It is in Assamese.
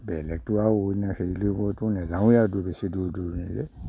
বেলেগটো আৰু অইন হেৰিলৈ মইটো নাযাওঁৱেই আৰু বেছি দূৰ দূৰণিলৈ